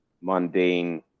mundane